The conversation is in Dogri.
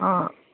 हां